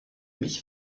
mich